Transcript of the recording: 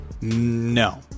No